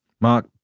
Mark